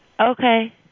Okay